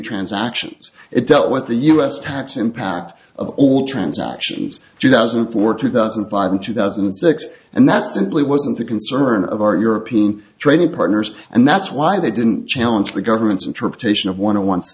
transactions it dealt with the us tax impact of all transactions two thousand and four two thousand and five and two thousand and six and that simply wasn't the concern of our european trading partners and that's why they didn't challenge the government's interpretation of want to